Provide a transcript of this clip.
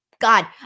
God